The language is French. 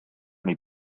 les